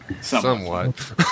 Somewhat